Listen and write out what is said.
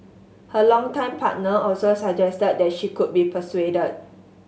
her longtime partner also suggested that she could be persuaded